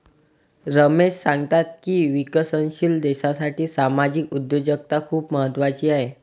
रमेश सांगतात की विकसनशील देशासाठी सामाजिक उद्योजकता खूप महत्त्वाची आहे